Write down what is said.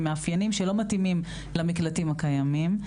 עם מאפיינים שלא מתאימים למקלטים הקיימים.